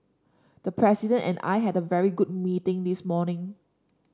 the President and I had a very good meeting this morning